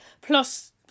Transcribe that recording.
Plus